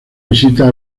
visitas